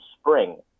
spring